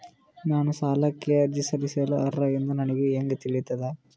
ನಾನು ಸಾಲಕ್ಕೆ ಅರ್ಜಿ ಸಲ್ಲಿಸಲು ಅರ್ಹ ಎಂದು ನನಗೆ ಹೆಂಗ್ ತಿಳಿತದ?